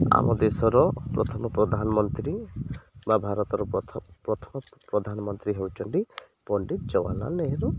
ଆମ ଦେଶର ପ୍ରଥମ ପ୍ରଧାନମନ୍ତ୍ରୀ ବା ଭାରତର ପ୍ରଥମ ପ୍ରଥମ ପ୍ରଧାନମନ୍ତ୍ରୀ ହେଉଛନ୍ତି ପଣ୍ଡିତ ଜବାହାରଲାଲ ନେହେରୁ